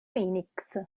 minix